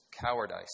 cowardice